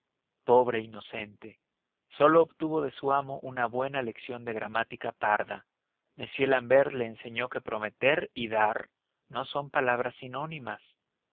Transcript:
pobre inocente sólo obtuvo de su amo una buena lección de gramática parda m l'ambert le enseñó que prometer y dar no son palabras sinónimas